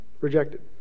rejected